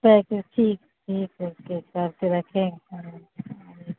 pack ٹھیک ٹھیک ہے کر کے رکھیں